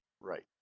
Right